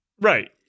right